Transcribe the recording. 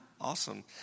Awesome